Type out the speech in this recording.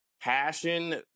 passion